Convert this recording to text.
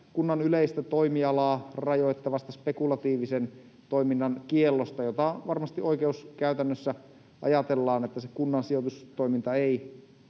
kunnan yleistä toimialaa rajoittavasta spekulatiivisen toiminnan kiellosta, josta varmasti oikeuskäytännössä ajatellaan, että kunnan sijoitustoiminnan ei